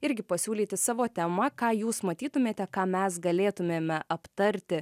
irgi pasiūlyti savo tema ką jūs matytumėte ką mes galėtumėme aptarti